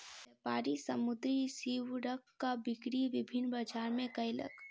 व्यापारी समुद्री सीवरक बिक्री विभिन्न बजार मे कयलक